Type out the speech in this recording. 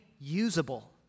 usable